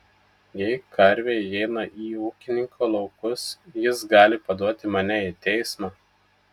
jei karvė įeina į ūkininko laukus jis gali paduoti mane į teismą